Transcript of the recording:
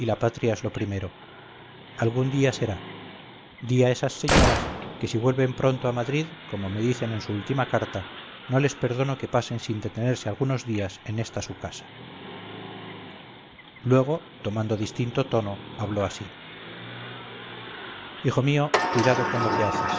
la patria es lo primero algún día será di a esas señoras que si vuelven pronto a madrid como me dicen en su última carta no les perdono que pasen sin detenerse algunos días en esta su casa luego tomando distinto tono habló así hijo mío cuidado con lo que haces